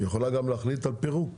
יכולה להחליט גם על פירוק